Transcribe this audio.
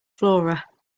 flora